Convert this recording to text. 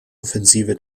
offensive